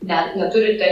ne neturite